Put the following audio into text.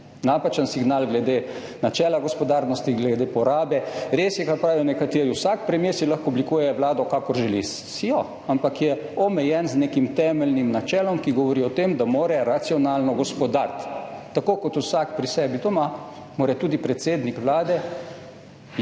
Napačen signal glede načela gospodarnosti, glede porabe. Res je, kar pravijo nekateri, vsak premier si lahko oblikuje Vlado, kakor želi – si jo, ampak je omejen z nekim temeljnim načelom, ki govori o tem, da mora racionalno gospodariti. Tako kot vsak pri sebi doma, mora tudi predsednik Vlade gospodarno